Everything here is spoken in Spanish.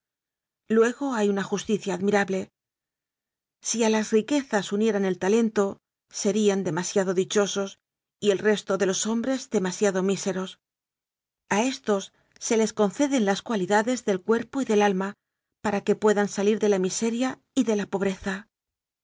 go hay una justicia admirable si a las riquezas unieran el talento serían demasiado dichosos y el resto de los hombres demasiado míseros a éstos se les conceden las cualidades del cuerpo y del alma para que puedan salir de la miseria y de la pobreza